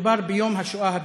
מדובר ביום השואה הבין-לאומי.